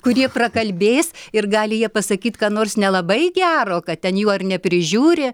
kurie prakalbės ir gali jie pasakyt ką nors nelabai gero kad ten jų ar neprižiūri